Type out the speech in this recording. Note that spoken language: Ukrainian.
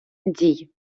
дій